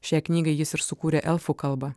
šią knygą jis ir sukūrė elfų kalba